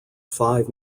five